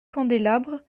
candélabres